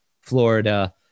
Florida